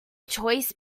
choice